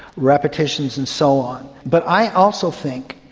repetitions and so on. but i also think,